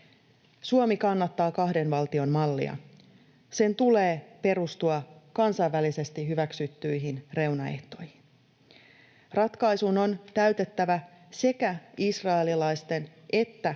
Suomi kannattaa kahden valtion mallia. Sen tulee perustua kansainvälisesti hyväksyttyihin reunaehtoihin. Ratkaisun on täytettävä sekä israelilaisten että